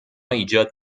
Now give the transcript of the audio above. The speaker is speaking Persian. ایجاد